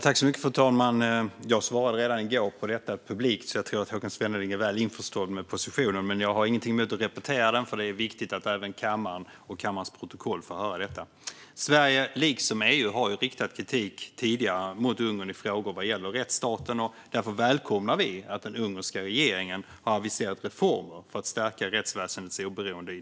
Fru talman! Jag svarade på detta publikt i går, så jag tror att Håkan Svenneling är väl införstådd med Sveriges position. Jag har dock inget emot att repetera den, för det är viktigt att detta även kommer kammaren och kammarens protokoll till del. Sverige liksom EU har tidigare riktat kritik mot Ungern i frågor om rättsstaten, och därför välkomnar vi att den ungerska regeringen i sin dialog med EU har aviserat reformer för att stärka rättsväsendets oberoende.